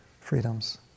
freedoms